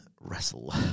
wrestle